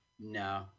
No